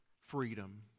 freedom